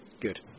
Good